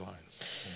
lines